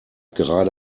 gerade